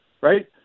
right